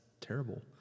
terrible